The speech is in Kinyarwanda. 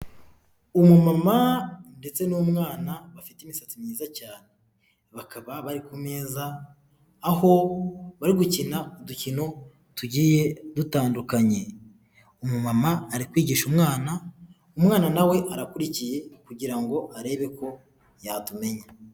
Umumama ndetse n'umwana bafite imisatsi myiza cyane, bakaba bari ku meza aho bari gukina udukino tugiye dutandukanye. Umuma ari kwigisha umwana, umwana nawe arakurikiye kugira ngo arebe ko yatumenya.